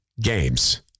games